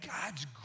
God's